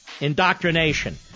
indoctrination